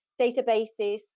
databases